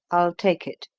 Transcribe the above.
i'll take it.